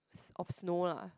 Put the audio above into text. of snow lah